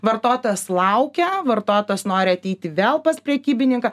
vartotojas laukia vartotojas nori ateiti vėl pas prekybininką